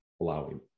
allowing